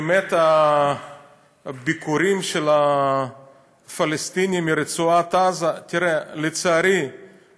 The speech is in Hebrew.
הביקורים של הפלסטינים מרצועת עזה לצערי,